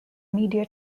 media